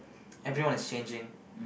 everyone is changing